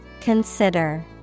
Consider